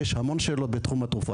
ויש המון שאלות בתחום התרופות.